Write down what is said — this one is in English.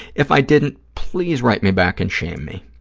if i didn't, please write me back and shame me.